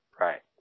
Right